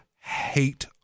hate